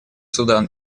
судан